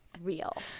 real